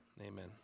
Amen